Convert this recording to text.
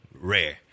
Rare